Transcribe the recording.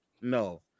no